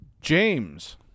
James